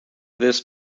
this